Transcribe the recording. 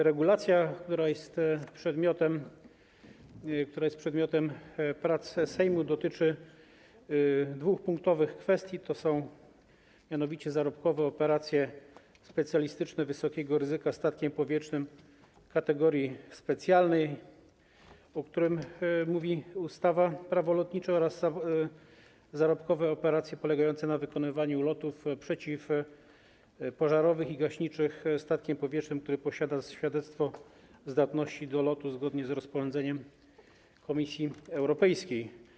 Regulacja, która jest przedmiotem prac Sejmu, dotyczy dwóch punktowych kwestii, to są mianowicie zarobkowe operacje specjalistyczne wysokiego ryzyka statkiem powietrznym kategorii specjalnej, o którym mówi ustawa - Prawo lotnicze, oraz zarobkowe operacje polegające na wykonywaniu lotów przeciwpożarowych i gaśniczych statkiem powietrznym, który posiada świadectwo zdatności do lotu zgodnie z rozporządzeniem Komisji Europejskiej.